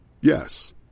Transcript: Yes